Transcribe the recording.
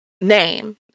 name